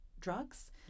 drugs